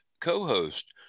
co-host